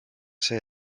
see